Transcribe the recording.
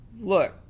Look